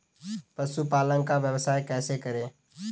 पशुपालन का व्यवसाय कैसे करें?